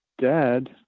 dad